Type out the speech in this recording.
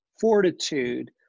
fortitude